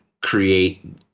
create